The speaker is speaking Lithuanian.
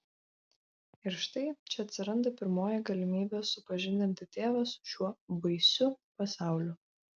ir štai čia atsiranda pirmoji galimybė supažindinti tėvą su šiuo baisiu pasauliu